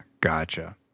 gotcha